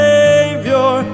Savior